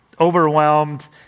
overwhelmed